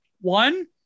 One